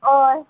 हय